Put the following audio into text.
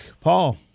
Paul